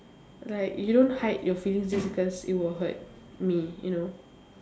like you don't hide your feelings just because it will hurt me you know